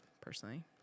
personally